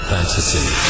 Fantasy